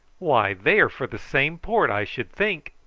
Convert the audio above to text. why, they are for the same port, i should think!